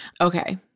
Okay